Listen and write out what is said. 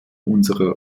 unserer